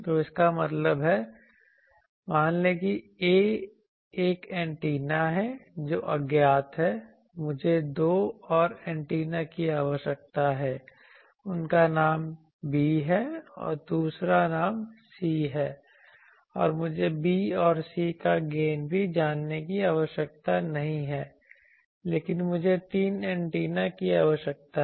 तो इसका मतलब है मान लें कि a एक एंटीना है जो अज्ञात है मुझे दो और एंटेना की आवश्यकता है उनका नाम b है और दूसरा नाम c है अब मुझे b और c का गेन भी जानने की आवश्यकता नहीं है लेकिन मुझे तीन एंटेना की आवश्यकता है